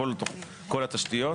כל התשתיות,